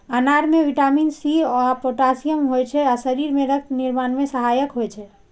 अनार मे vitamin C, के आ पोटेशियम होइ छै आ शरीर मे रक्त निर्माण मे सहायक होइ छै